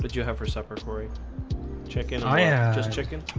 but you have her separatory check-in, i am just chicken